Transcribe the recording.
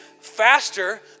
faster